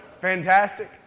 Fantastic